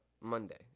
Monday